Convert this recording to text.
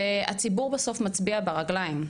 הציבור בסוף מצביע ברגליים.